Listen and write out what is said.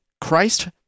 christ